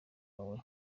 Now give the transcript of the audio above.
wawe